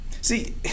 See